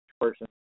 person